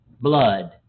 blood